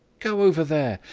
go over there!